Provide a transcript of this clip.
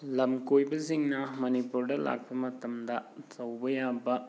ꯂꯝꯀꯣꯏꯕꯁꯤꯡꯅ ꯃꯅꯤꯄꯨꯔꯗ ꯂꯥꯛꯄ ꯃꯇꯝꯗ ꯇꯧꯕ ꯌꯥꯕ